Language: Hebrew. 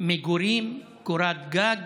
מגורים, קורת גג,